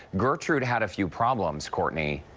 gertrude had a few problems, courtney.